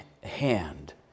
hand